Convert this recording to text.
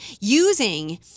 using